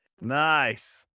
Nice